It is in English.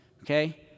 Okay